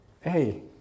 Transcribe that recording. hey